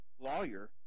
lawyer